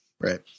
Right